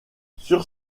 sur